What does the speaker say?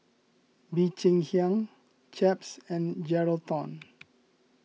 Bee Cheng Hiang Chaps and Geraldton